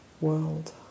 world